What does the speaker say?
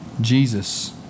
Jesus